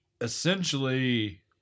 essentially